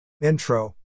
Intro